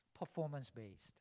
performance-based